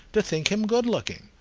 to think him good-looking.